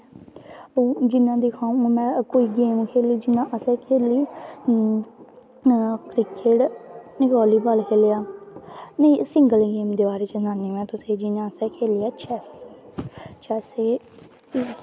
जि'यां दिक्खो हून में कोई गेम खेढी जि'यां असें खेढी क्रिकेट वॉलीबॉल खेढेआ नेईं सिंगल गेम दे बारे च सनान्नी आं में तुसें जि'यां असें खेढेआ चैस्स चैस्स च